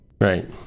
Right